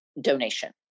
donation